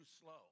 slow